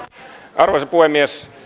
arvoisa puhemies